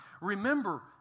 Remember